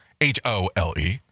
H-O-L-E